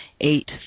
eight